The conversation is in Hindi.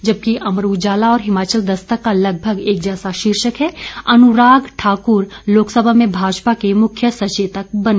जबकि अमर उजाला और हिमाचल दस्तक का लगभग एक जैसा शीर्षक है अनुराग ठाकुर लोकसभा में भाजपा के मुख्य सचेतक बने